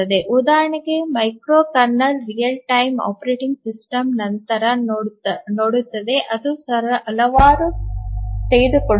ಉದಾಹರಣೆಗೆ micro kernel real time operating system ನಂತರ ನೋಡುತ್ತದೆ ಅದು ಹಲವಾರು ತೆಗೆದುಕೊಳ್ಳುತ್ತದೆ